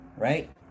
Right